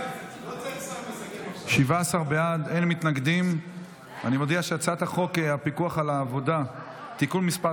להעביר את הצעת חוק ארגון הפיקוח על העבודה (תיקון מס'